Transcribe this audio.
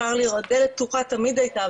דלת פתוחה תמיד הייתה,